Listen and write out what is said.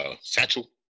Satchel